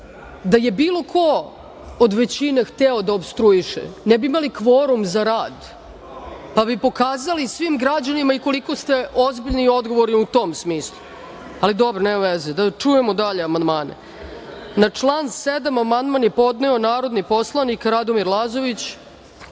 da je bilo ko od većine hteo da opstruiše, ne bi imali kvorum za rad, pa bi pokazali svim građanima koliko ste ozbiljni i odgovorni u tom smislu, ali dobro, nema veze. Da čujemo dalje amandmane. Na član 7. amandman je podneo narodni poslanik Radomir Lazović. Na